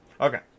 Okay